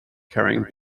carrying